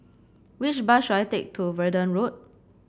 which bus should I take to Verdun Road